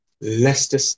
Leicester